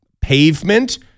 pavement